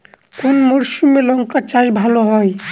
কোন মরশুমে লঙ্কা চাষ ভালো হয়?